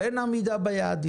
אין עמידה ביעדים